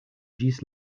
ĝis